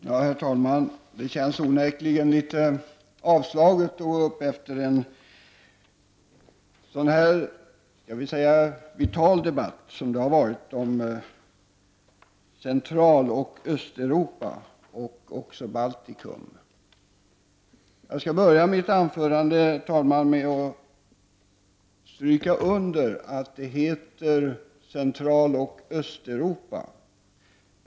Herr talman! Det känns onekligen litet avslaget att gå upp i talarstolen efter en sådan vital debatt som det har varit om Centraloch Östeuropa och också om Baltikum. Jag skall börja mitt anförande med att stryka under att det heter Centraloch Östeuropa.